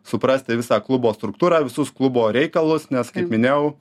suprasti visą klubo struktūrą visus klubo reikalus nes kaip minėjau